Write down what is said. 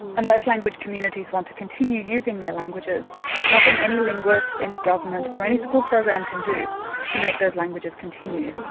unless language communities want to continue using their languages nothing any linguist, any government, or any school program can do to make those languages continue.